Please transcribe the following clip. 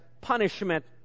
punishment